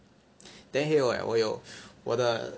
then 还有 leh 我有我的